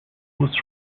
was